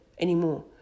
anymore